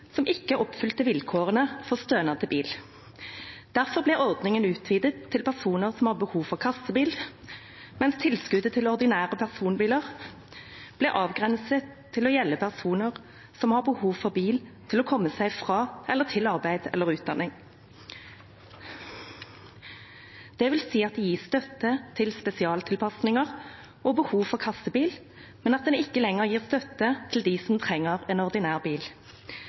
ikke oppfylte vilkårene for stønad til bil. Derfor ble ordningen utvidet til personer som har behov for kassebil, mens tilskuddet til ordinære personbiler ble avgrenset til å gjelde personer som har behov for bil til å komme seg fra eller til arbeid eller utdanning. Det vil si at det gis støtte til spesialtilpasninger og ved behov for kassebil, men at støtte ikke lenger gis til dem som trenger ordinær bil.